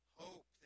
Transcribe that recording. hope